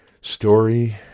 story